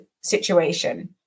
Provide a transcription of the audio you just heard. situation